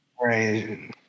Right